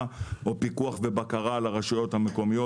או פיקוח ובקרה על הרשויות המקומיות.